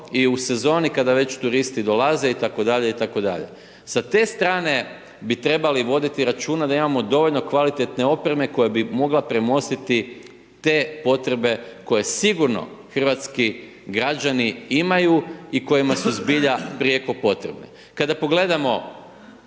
i u sezoni kada već turisti dolaze itd. itd., sa te strane bi trebali voditi računa da imamo dovoljno kvalitetne opreme koja bi mogla premostiti te potrebe koje sigurno hrvatski građani imaju i kojima su zbilja prijeko potrebne.